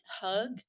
hug